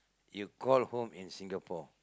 you call home in Singapore